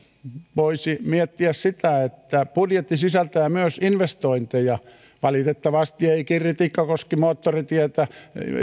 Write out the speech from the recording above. voisi miettiä sitä että budjetti sisältää myös investointeja valitettavasti ei kirri tikkakoski moottoritietä